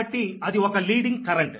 కాబట్టి అది ఒక లీడింగ్ కరెంట్